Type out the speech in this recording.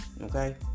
okay